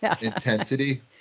intensity